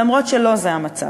אף שלא זה המצב.